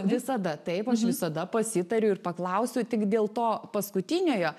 visada taip aš visada pasitariu ir paklausiu tik dėl to paskutiniojo